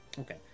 Okay